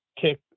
kick